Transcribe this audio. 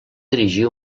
dirigir